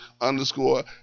underscore